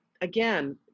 again